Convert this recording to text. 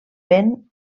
ben